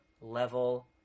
level